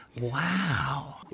Wow